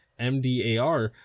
MDAR